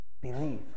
believe